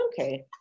Okay